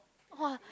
!wah!